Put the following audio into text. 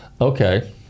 Okay